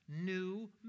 new